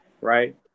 right